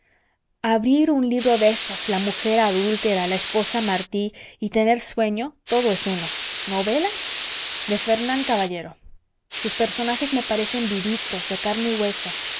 abrir un libro de esos la mujer adúltera la esposa mártir y tener sueño todo es uno novelas de fernán caballero sus personajes me parecen vivitos de carne y hueso